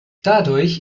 dadurch